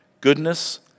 goodness